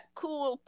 cool